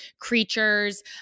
creatures